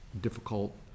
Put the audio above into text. difficult